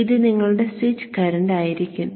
ഇത് നിങ്ങളുടെ switch current ആയിരിക്കും